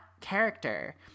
character